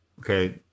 Okay